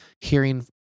hearing